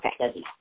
Okay